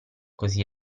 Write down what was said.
così